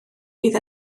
fydd